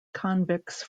convicts